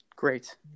Great